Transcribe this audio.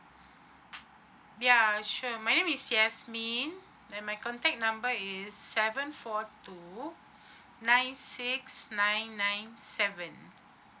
ya sure my name is yasmine and my contact number is seven four two nine six nine nine seven